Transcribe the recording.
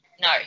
no